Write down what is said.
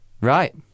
Right